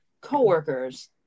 coworkers